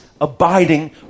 abiding